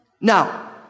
Now